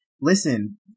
Listen